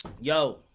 yo